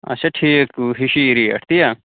اَچھا ٹھیٖک ہِشی ریٹ تی ہا